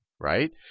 Right